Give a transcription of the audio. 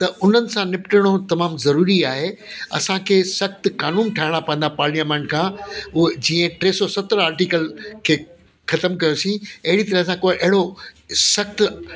त उन्हनि सां निपटणो तमामु ज़रूरी आहे असांखे सख़्तु कानून ठाहिणा पवंदा पार्लियामेंट खां उहो जीअं टे सौ सतरि आर्टिक्ल खे ख़तमु कयोसीं अहिड़ी तरह सां कोई अहिड़ो सख़्तु